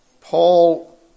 Paul